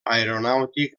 aeronàutic